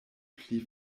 pli